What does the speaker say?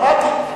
שמעתי.